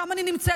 שם אני נמצאת.